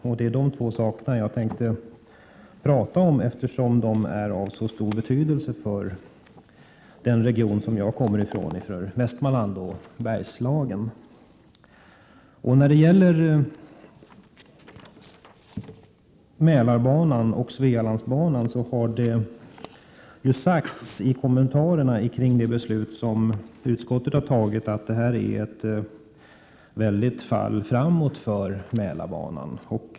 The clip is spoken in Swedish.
Jag tänkte tala om dessa järnvägar, eftersom de är av stor betydelse för den region jag kommer ifrån, Västmanland och Bergslagen. Det har i kommentarerna till utskottets ställningstagande sagts att beslutet kommer att innebära ett stort fall framåt för Mälarbanan.